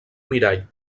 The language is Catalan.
mirall